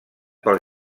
pels